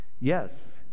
Yes